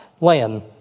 land